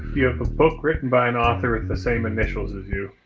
you have a book written by an author with the same initials as you?